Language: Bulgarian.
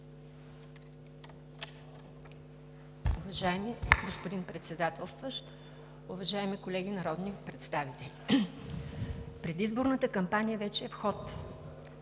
Уважаеми господин Председателстващ, уважаеми колеги народни представители! Предизборната кампания вече е в ход,